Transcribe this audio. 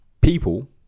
People